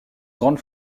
grande